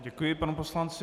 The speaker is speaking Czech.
Děkuji panu poslanci.